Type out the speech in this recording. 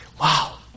Wow